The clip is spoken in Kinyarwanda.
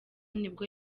nibwo